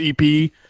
EP